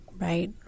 Right